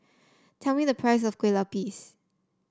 tell me the price of Kueh Lupis